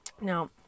Now